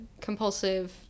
compulsive